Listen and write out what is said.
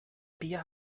bea